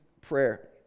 prayer